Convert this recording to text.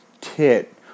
tit